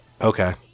Okay